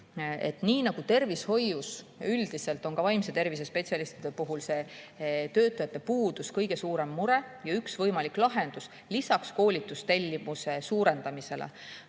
Nii nagu tervishoius üldiselt on ka vaimse tervise spetsialistide puhul see töötajate puudus kõige suurem mure. Üks võimalik lahendus lisaks koolitustellimuse suurendamisele